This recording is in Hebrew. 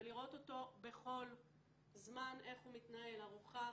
ולראות אותו בכל זמן איך הוא מתנהל ארוחה,